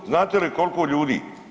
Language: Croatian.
Znate li koliko ljudi?